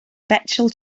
bechtel